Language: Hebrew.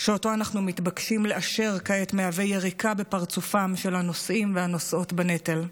שאנחנו מתבקשים לאשר כעת מהווה יריקה בפרצופם של הנושאים והנושאות בנטל,